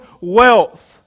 wealth